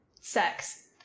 sex